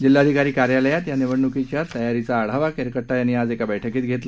जिल्हाधिकारी कार्यालयात या निवडणुकीच्या तयारीचा आढावा केरकट्टा यांनी आज एका बस्कीत घेतला